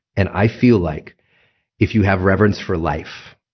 and i feel like if you have reverence for life,